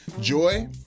Joy